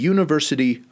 University